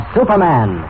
Superman